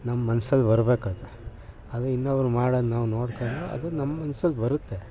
ನಮ್ಮ ಮನ್ಸಲ್ಲಿ ಬರಬೇಕದು ಅದು ಇನ್ನೊಬ್ಬರು ಮಾಡೋದು ನಾವು ನೋಡ್ಕೊಂಡು ಅದು ನಮ್ಮ ಮನ್ಸಲ್ಲಿ ಬರುತ್ತೆ